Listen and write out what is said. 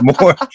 more